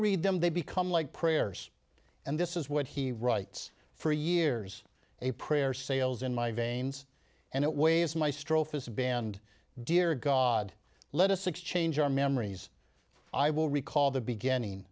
read them they become like prayers and this is what he writes for years a prayer sails in my veins and it weighs maestro fiza band dear god let us exchange our memories i will recall the beginning